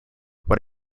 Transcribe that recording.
what